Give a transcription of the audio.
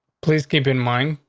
please keep in mind.